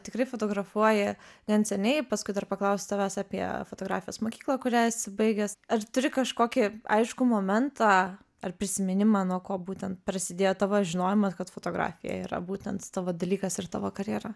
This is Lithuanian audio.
tikrai fotografuoji gan seniai paskui dar paklausiu tavęs apie fotografijos mokyklą kurią esi baigęs ar turi kažkokį aiškų momentą ar prisiminimą nuo ko būtent prasidėjo tavo žinojimas kad fotografija yra būtent tavo dalykas ir tavo karjera